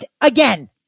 again